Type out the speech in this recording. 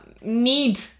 need